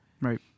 Right